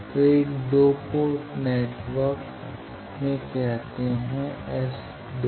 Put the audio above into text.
तो एक 2 port network में कहते हैं कि S21